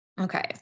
Okay